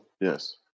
Yes